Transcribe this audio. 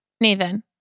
Nathan